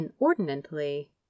inordinately